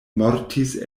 mortis